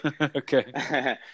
Okay